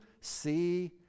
see